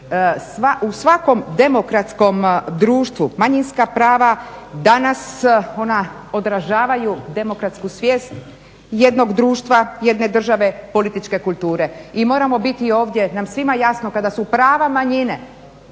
U svakom demokratskom društvu manjinska prava danas ona odražavaju demokratsku svijest jednog društva, jedne države političke kulture i mora nam biti svima ovdje jasno kada su prava manjine